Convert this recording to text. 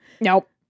Nope